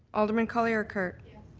alderman colley-urqhart?